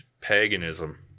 paganism